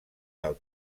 del